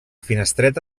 finestreta